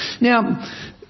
Now